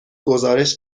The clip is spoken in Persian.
گزارش